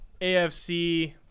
AFC